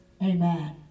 Amen